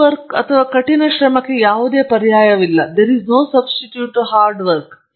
hard ಕೆಲಸಕ್ಕೆ ಯಾವುದೇ ಪರ್ಯಾಯವಿಲ್ಲ ಎಂದು ನಾನು ಭಾವಿಸುತ್ತೇನೆ